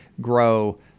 grow